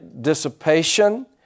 dissipation